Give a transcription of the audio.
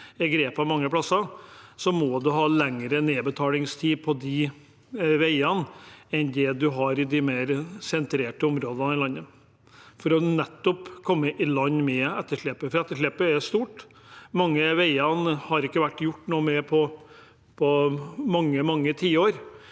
er grepene mange plasser, må en ha lengre nedbetalingstid på de veiene enn det en har i de mer sentraliserte områdene i landet, nettopp for å komme i land med etterslepet, for etterslepet er stort. Mange av veiene har det ikke vært gjort noe med på mange, mange tiår,